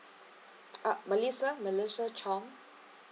uh melissa melissa chong